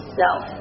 self